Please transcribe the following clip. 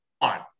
on